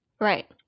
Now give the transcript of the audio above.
Right